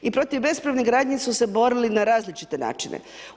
I protiv bespravne gradnje su se borili na različite načine.